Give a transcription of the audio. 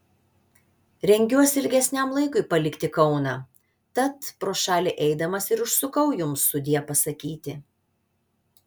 rengiuosi ilgesniam laikui palikti kauną tat pro šalį eidamas ir užsukau jums sudie pasakyti